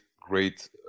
great